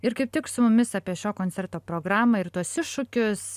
ir kaip tik su mumis apie šio koncerto programą ir tuos iššūkius